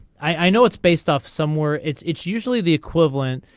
i know it's based off somewhere it's it's usually the equivalent.